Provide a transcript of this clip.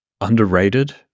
underrated